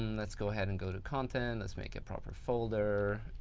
let's go ahead and go to content, let's make a proper folder,